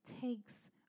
takes